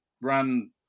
ran